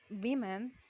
women